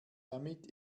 damit